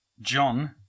John